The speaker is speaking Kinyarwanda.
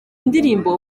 ndirimbo